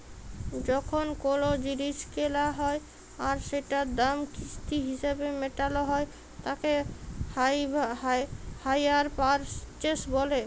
যখন কোলো জিলিস কেলা হ্যয় আর সেটার দাম কিস্তি হিসেবে মেটালো হ্য়য় তাকে হাইয়ার পারচেস বলে